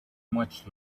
much